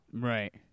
Right